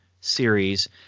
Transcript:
series